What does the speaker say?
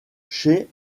chez